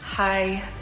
Hi